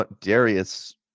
Darius